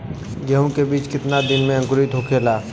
गेहूँ के बिज कितना दिन में अंकुरित होखेला?